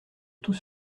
tout